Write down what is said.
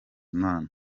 imana